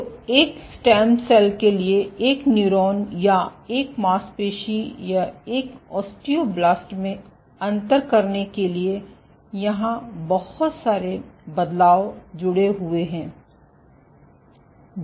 तो एक stem cell के लिए एक न्यूरॉन या एक मांसपेशी सेल या एक ऑस्टियोब्लास्ट में अंतर करने के लिए यहाँ बहुत सारे बदलाव जुड़े हुए हैं